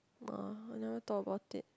uh I never thought about it